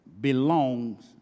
belongs